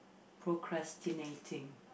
procrastinating